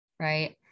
Right